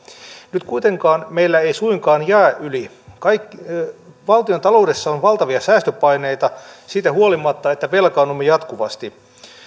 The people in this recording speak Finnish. nyt kuitenkaan meillä ei suinkaan jää yli valtiontaloudessa on valtavia säästöpaineita siitä huolimatta että velkaannumme jatkuvasti